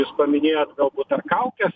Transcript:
jūs paminėjot galbūt kaukes